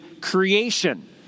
creation